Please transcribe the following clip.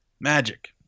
magic